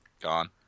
Gone